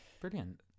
brilliant